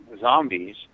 Zombies